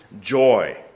joy